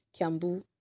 kambu